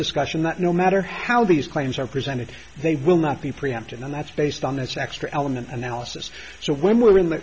discussion that no matter how these claims are presented they will not be preempted and that's based on this extra element analysis so when we're in th